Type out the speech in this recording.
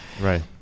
Right